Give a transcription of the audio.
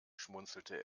schmunzelte